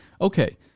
Okay